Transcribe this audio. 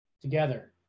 together